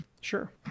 Sure